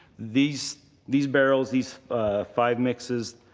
these these barrels, these five mixes,